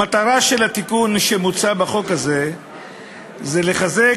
המטרה של התיקון המוצע בחוק הזה היא לחזק